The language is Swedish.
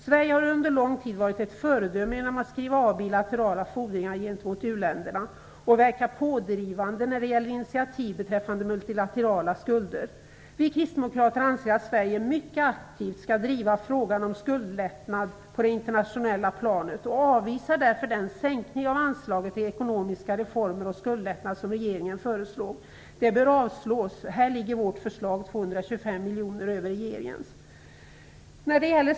Sverige har under lång tid varit ett föredöme genom att skriva av bilaterala fordringar gentemot uländerna och verka pådrivande när det gäller initiativ beträffande multilaterala skulder. Vi kristdemokrater anser att Sverige mycket aktivt skall driva frågan om skuldlättnad på det internationella planet och avvisar därför den sänkning av anslaget till ekonomiska reformer och skuldlättnad som regeringen föreslår. Det bör avslås. Här ligger vårt förslag 225 miljoner över regeringens.